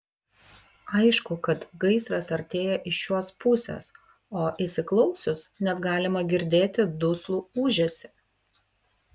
aišku kad gaisras artėja iš šios pusės o įsiklausius net galima girdėti duslų ūžesį